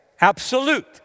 Absolute